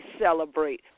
celebrate